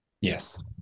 Yes